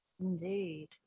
Indeed